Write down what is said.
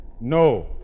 No